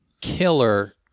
killer